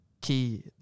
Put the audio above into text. key